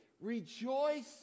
Rejoice